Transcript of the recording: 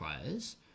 players